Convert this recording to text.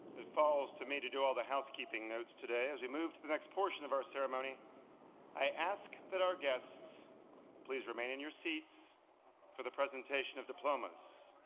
it falls to me to do all the housekeeping notes today. as we move to the next portion of our ceremony i ask that our guests please remain in your seats for the presentation of diplomas.